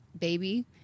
baby